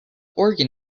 organ